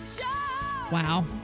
Wow